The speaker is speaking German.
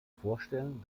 vorstellen